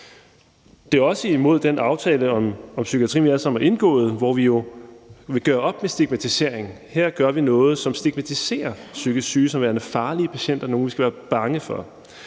Det er også imod den aftale om psykiatrien, som vi alle sammen har indgået, og hvor vi jo vil gøre op med stigmatisering. Her gør vi noget, som stigmatiserer psykisk syge som værende farlige patienter og nogen, som vi skal være bange for.